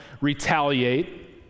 retaliate